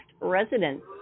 residents